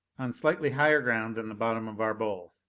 on slightly higher ground than the bottom of our bowl.